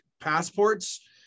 passports